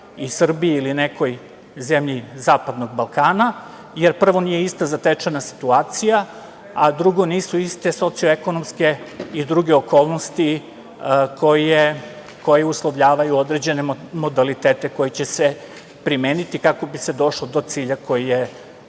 i Srbiji ili nekoj zemlji zapadnog Balkana, jer prvo nije ista zatečena situacija, a drugo nisu iste socio-ekonomske i druge okolnosti koje uslovljavaju određene modalitete koji će se primeniti kako bi se došlo do cilja koji je